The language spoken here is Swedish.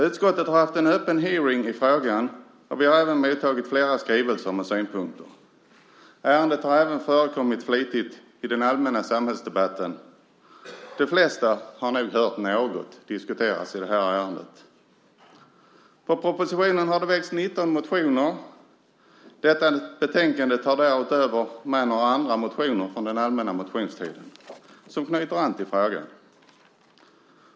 Utskottet har haft en öppen hearing i frågan, och vi har mottagit flera skrivelser med synpunkter. Ärendet har även förekommit flitigt i den allmänna samhällsdebatten. De flesta har nog hört något diskuteras i det här ärendet. Med anledning av propositionen har det väckts 19 motioner. Detta betänkande tar därutöver med några andra motioner från den allmänna motionstiden som knyter an till frågan.